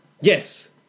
Yes